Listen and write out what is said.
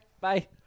Bye